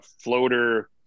floater